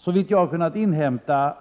Såvitt jag har kunnat inhämta